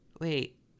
wait